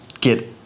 get